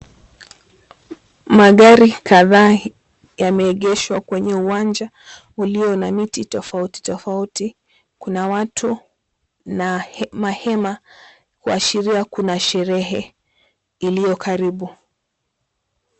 Magari kadhaa yameegeshwa kwenye uwanja ulio na miti tofauti tofauti. Kuna watu na mahema kuashiria kuna sherehe iliyo karibu.